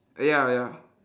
ya ya